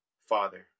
father